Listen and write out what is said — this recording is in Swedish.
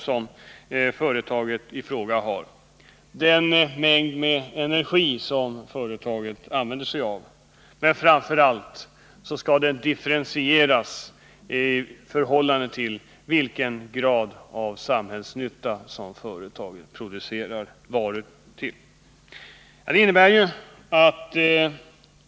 Beskattningen skall också baseras på den mängd energi som åtgår, men framför allt skall skatten differentieras i förhållande till den samhällsnytta som företagens produkter har.